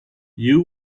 you